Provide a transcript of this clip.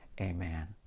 Amen